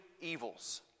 evils